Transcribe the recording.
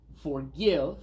Forgive